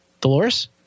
Dolores